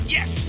Yes